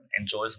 enjoys